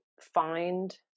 find